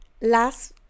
last